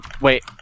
wait